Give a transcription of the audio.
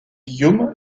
guillaume